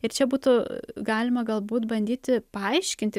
ir čia būtų galima galbūt bandyti paaiškinti